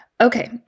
Okay